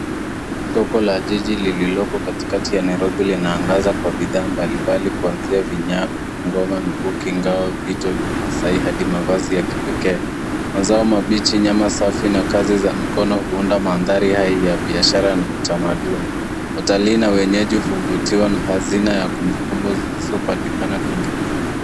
Soko la jiji lililoko katikati ya Nairobi linaangaza kwa bidhaa mbalimbali kuanzia vinyago, ngoma, mikuki, ngao, vito vya masai, hadi mavazi ya kipekee. Mazao mabichi, nyama safi na kazi za mikono huunda mandhari hayo ya biashara na utamaduni. Watalii na wenyeji huvutiwa na hazina ya kumbukumbu zilizopatikana kwingineko.